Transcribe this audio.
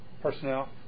personnel